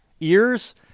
ears